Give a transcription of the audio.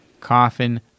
coffin